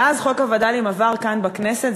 ואז חוק הווד"לים עבר כאן בכנסת,